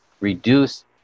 reduce